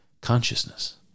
consciousness